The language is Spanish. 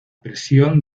presión